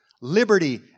liberty